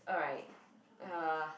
alright uh